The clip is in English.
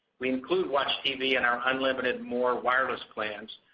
we include watchtv in our unlimited more wireless plans,